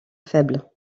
faible